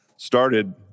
started